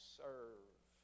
serve